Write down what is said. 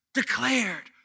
declared